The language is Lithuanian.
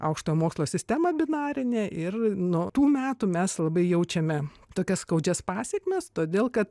aukštojo mokslo sistemą binarinę ir nuo tų metų mes labai jaučiame tokias skaudžias pasekmes todėl kad